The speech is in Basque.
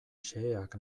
xeheak